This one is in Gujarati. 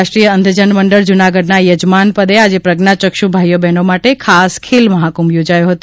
રાષ્ટ્રીય અંધજન મંડળ જૂનાગઢના યજમાન પદે આજે પ્રજ્ઞાચક્ષુ ભાઈઓ બહેનો માટે ખાસ ખેલમહાકુંભ યોજાયો હતો